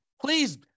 please